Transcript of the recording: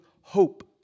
hope